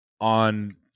on